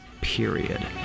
Period